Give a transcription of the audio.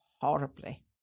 horribly